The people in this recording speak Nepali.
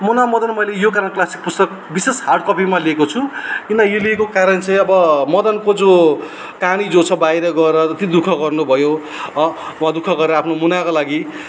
मुनामदन मैले यो कारण क्लासिक पुस्तक विशेष हार्ड कपीमा लिएको छु किन यो लिएको कारण चाहिँ अब मदनको जो कहानी जो छ बाहिर गएर यति दुःख गर्नुभयो उहाँ दुःख गरेर आफ्नो मुनाको लागि